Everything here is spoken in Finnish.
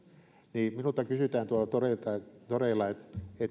niin minulta kysytään tuolla toreilla